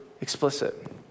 explicit